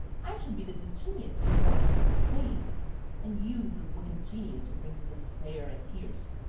i should be the good genius who rescues and saves and you the wicked genius who brings despair and tears.